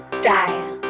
style